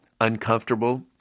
uncomfortable